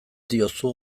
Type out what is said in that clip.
diozu